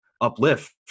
uplift